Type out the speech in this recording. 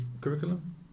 curriculum